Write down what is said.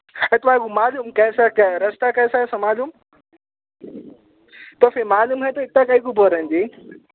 ارے تمہارے کو معلوم کیسا کیا ہے رستہ کیسا ہے ایسا معلوم تو پھر معلوم نہیں تو اتا کہے کو بول رہا ہیں جی